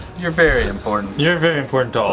you're very important. you're very important to all